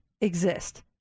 exist